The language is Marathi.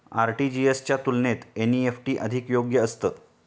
आर.टी.जी.एस च्या तुलनेत एन.ई.एफ.टी अधिक योग्य असतं